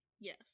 yes